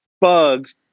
bugs